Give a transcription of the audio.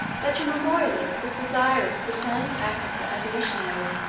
that your memorialist is desirous of returning to africa as a missionary,